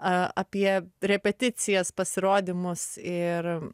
apie repeticijas pasirodymus ir